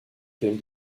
film